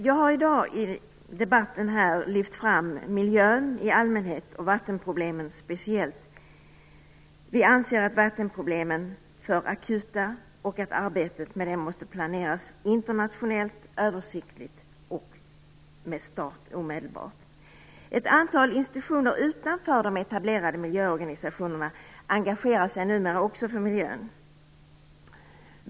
Fru talman! Jag har i debatten här i dag lyft fram miljön i allmänhet och vattenproblemen speciellt. Vi anser att vattenproblemen är akuta och att arbetet med dem måste planeras internationellt, översiktligt och med start omedelbart. Ett antal institutioner utanför de etablerade miljöorganisationerna engagerar sig numera också för miljön.